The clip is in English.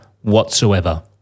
whatsoever